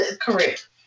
Correct